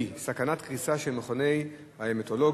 סכנת קריסה של מכוני ההמטולוגיה,